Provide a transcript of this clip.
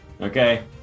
okay